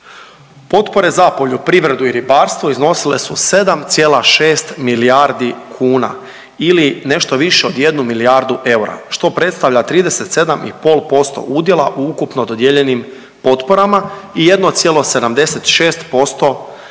Potpore za poljoprivredu i ribarstvo iznosile su 7,6 milijardi kuna ili nešto više 1 milijardu eura, što predstavlja 37,5% udjela u ukupno dodijeljenim potporama i 1,76% BDP-a